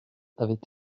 avait